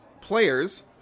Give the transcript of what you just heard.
Players